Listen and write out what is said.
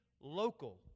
local